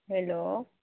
hello